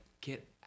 get